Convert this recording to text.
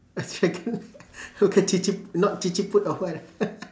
a dragonite